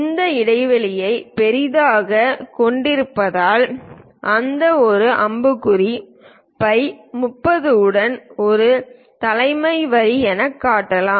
இந்த இடைவெளியை பெரிதாகக் கொண்டிருப்பதால் அதை ஒரு அம்புக்குறி பை 30 உடன் ஒரு தலைவர் வரி எனக் காட்டலாம்